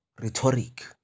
rhetoric